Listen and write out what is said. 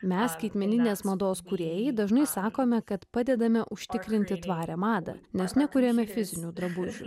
mes skaitmeninės mados kūrėjai dažnai sakome kad padedame užtikrinti tvarią madą nes nekuriame fizinių drabužių